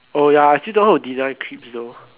oh ya I actually don't know how to deny creeps though